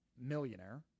millionaire